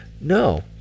No